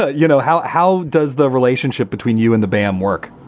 ah you know, how how does the relationship between you and the band work?